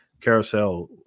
carousel